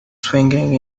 swinging